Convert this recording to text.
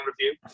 review